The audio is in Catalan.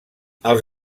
els